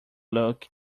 look